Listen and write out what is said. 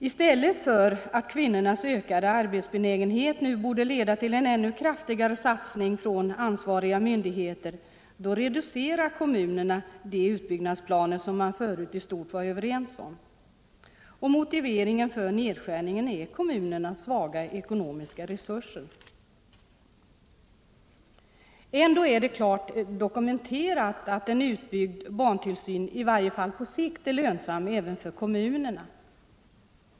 I stället för att kvinnornas ökade arbetsbenägenhet nu borde leda till en ännu kraftigare satsning från ansvariga myn 69 digheter, reducerar kommunerna de utbyggnadsplaner som man förut i stort var överens om. Motiveringen för nedskärningen är kommunernas svaga ekonomiska resurser. Ändå är det klart dokumenterat att en utbyggd barntillsyn i varje fall på sikt är lönsam även för kommunerna.